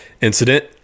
incident